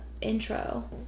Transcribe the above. intro